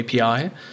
API